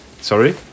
sorry